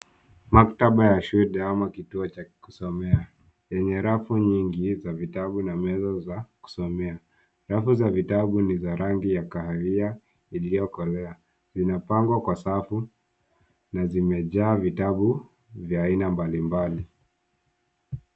Maktaba ya shule ama kituo cha kusomea yenye rafu nyingi za vitabu na meza za kusomea. Rafu za vitabu ni za rangi ya kahawia iliyokolea. Zimepangwa kwa safu na zimejaa vitabu vya aina mbalimbali.